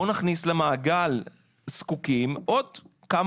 בואו נכניס למעגל הזקוקים עוד כמה